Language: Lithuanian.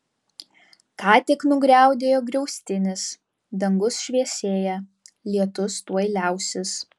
ką tik nugriaudėjo griaustinis dangus šviesėja lietus tuoj liausis